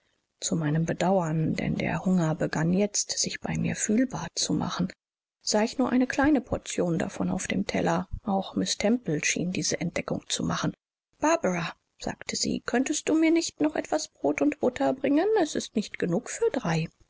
zu meinem bedauern denn der hunger begann jetzt sich bei mir fühlbar zu machen sah ich nur eine kleine portion davon auf dem teller auch miß temple schien diese entdeckung zu machen barbara sagte sie könntest du mir nicht noch etwas brot und butter bringen es ist nicht genug für drei